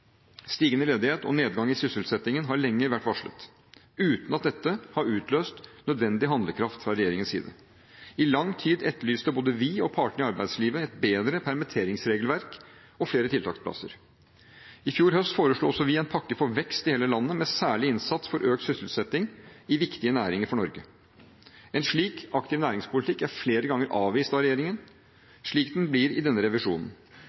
Stigende ledighet og nedgang i sysselsettingen har lenge vært varslet uten at dette har utløst nødvendig handlekraft fra regjeringens side. I lang tid etterlyste både vi og partene i arbeidslivet et bedre permitteringsregelverk og flere tiltaksplasser. I fjor høst foreslo også vi en pakke for vekst i hele landet, med særlig innsats for økt sysselsetting i viktige næringer for Norge. En slik aktiv næringspolitikk har flere ganger blitt avvist av regjeringen, slik den blir i denne revisjonen.